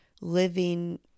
living